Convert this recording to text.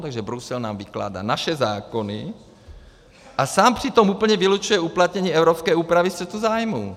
Takže Brusel nám vykládá naše zákony a sám přitom úplně vylučuje uplatnění evropské úpravy střetu zájmů.